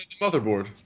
motherboard